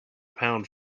pound